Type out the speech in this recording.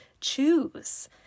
choose